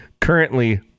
currently